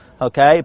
Okay